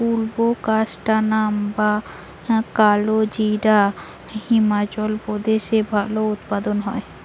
বুলবোকাস্ট্যানাম বা কালোজিরা হিমাচল প্রদেশে ভালো উৎপাদন হয়